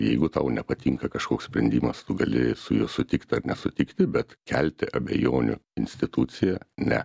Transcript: jeigu tau nepatinka kažkoks sprendimas tu gali su juo sutikt ar nesutikti bet kelti abejonių institucija ne